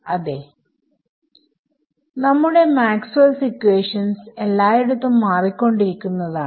അതെ നമ്മുടെ Maxwell's equation Maxwells equation എല്ലായിടത്തും മാറിക്കൊണ്ടിരിക്കുന്നതാണ്